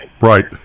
Right